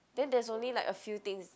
then there's only like a few things